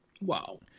Wow